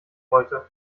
rollte